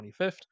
25th